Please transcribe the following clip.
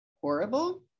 horrible